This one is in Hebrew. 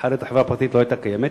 אחרת החברה הפרטית לא היתה קיימת,